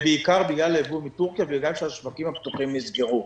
ובעיקר בגלל ייבוא מטורקיה וגם כי השווקים הפתוחים נסגרו.